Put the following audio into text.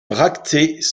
bractées